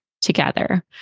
together